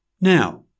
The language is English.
Now